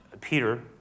Peter